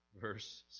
verse